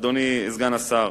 אדוני סגן השר,